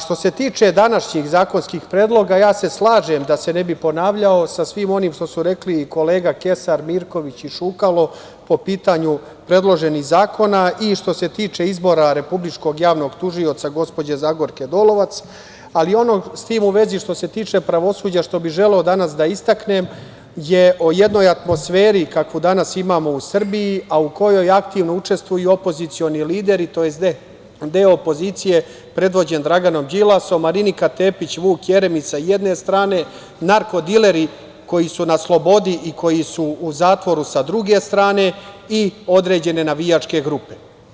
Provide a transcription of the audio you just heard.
Što se tiče današnjih zakonskih predloga, ja se slažem, da se ne bih ponavljao, sa svim onim što su rekli kolega Kesar, Mirković i Šukalo po pitanju predloženih zakona i što se tiče izbora Republičkog javnog tužioca, gospođe Zagorke Dolovac, ali ono, s tim u vezi, što se tiče pravosuđa, što bih želeo danas da istaknem je o jednoj atmosferi kakvu danas imamo u Srbiju, a u kojoj aktivno učestvuju opozicioni lideri, tj. deo opozicije predvođen Draganom Đilasom, Marinika Tepić, Vuk Jeremić, sa jedne strane, narko-dileri koji su na slobodi i koji su u zatvoru sa druge strane, i određene navijačke grupe.